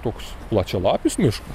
toks plačialapių miškas